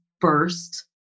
first